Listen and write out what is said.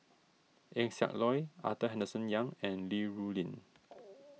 Eng Siak Loy Arthur Henderson Young and Li Rulin